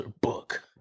book